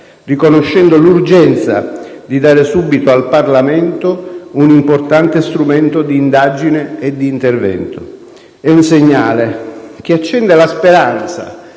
riconoscendo l'urgenza di dare subito al Parlamento un importante strumento di indagine e di intervento. È un segnale che accende la speranza